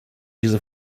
diese